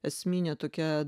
esmine tokia